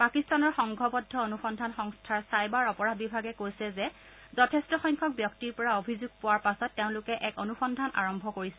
পাকিস্তানৰ সংঘবদ্ধ অনুসন্ধান সংস্থাৰ চাইবাৰ অপৰাধ বিভাগে কৈছে যে যথেষ্ঠসংখ্যক ব্যক্তিৰ পৰা অভিযোগ পোৱাৰ পাছত তেওঁলোকে এক অনুসন্ধান আৰম্ভ কৰিছে